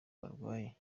barwaye